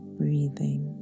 breathing